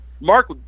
Mark